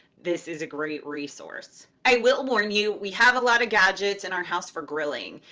this is a great resource. i will warn you, we have a lot of gadgets in our house for grilling.